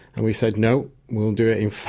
and we said no, we'll do it in five.